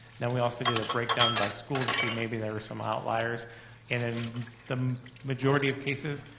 now we also did a breakdown by schools to see maybe there were some outliers, and in the majority of cases,